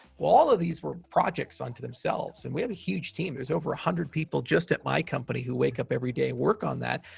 well, all of these were projects onto themselves. and we have a huge team. there's over one hundred people just at my company who wake up every day work on that.